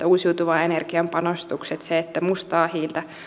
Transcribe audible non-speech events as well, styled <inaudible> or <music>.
<unintelligible> uusiutuvan energian panostukset ovat tärkeitä ja se että mustaa hiiltä